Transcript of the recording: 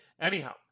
anyhow